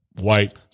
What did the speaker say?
white